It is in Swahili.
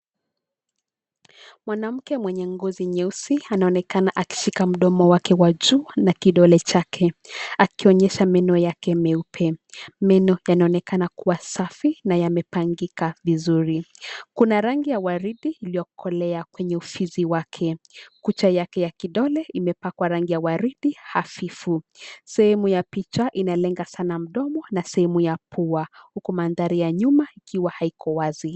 Mwanamke mwenye ngozi nyeusi anaonekana akishika mdomo wake wa juu na kidole chake akionyesha meno yake nyeupe. Meno yanaonekana kuwa safi na yamepangika vizuri. Kuna rangi ya waridi iliyokolea kwenye ufizi wake. Kucha yake ya kidole imepakwa rangi ya waridi hafifu. Sehemu ya picha inalenga sana mdomo na sehemu ya pua. Huku mandhari ya nyuma ikiwa haiko wazi.